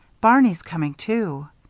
barney's coming too.